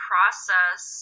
process